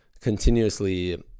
continuously